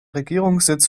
regierungssitz